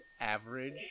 average